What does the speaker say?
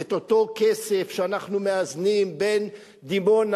את אותו כסף שאתו אנחנו מאזנים בין דימונה